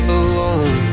alone